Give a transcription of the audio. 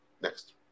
Next